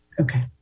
Okay